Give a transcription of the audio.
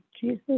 Jesus